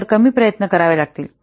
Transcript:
तर कमी प्रयत्न करावे लागतील